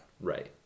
Right